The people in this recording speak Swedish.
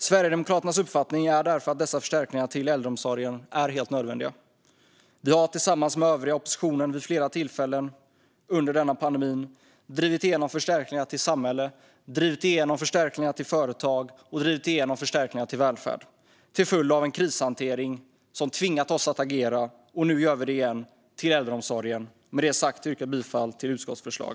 Sverigedemokraternas uppfattning är därför att dessa förstärkningar till äldreomsorgen är helt nödvändiga. Vi har tillsammans med den övriga oppositionen vid flera tillfällen under denna pandemi drivit igenom förstärkningar till samhälle, företag och välfärd till följd av en krishantering som tvingat oss att agera, och nu gör vi det igen. Denna gång går förstärkningarna till äldreomsorgen. Med det sagt yrkar jag bifall till utskottets förslag.